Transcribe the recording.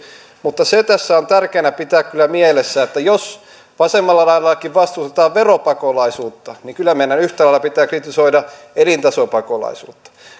mutta se tässä on tärkeätä pitää kyllä mielessä että jos vasemmalla laidallakin vastustetaan veropakolaisuutta niin kyllä meidän yhtä lailla pitää kritisoida elintasopakolaisuutta